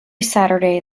saturday